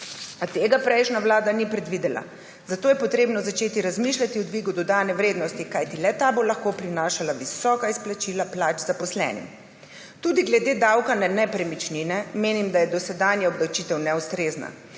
a tega prejšnja vlada ni predvidela. Zato je potrebno začeti razmišljati o dvigu dodane vrednosti, kajti le ta bo lahko prinašala visoka izplačila plač zaposlenim. Tudi glede davka na nepremičnine menim, da je dosedanja obdavčitev neustrezna,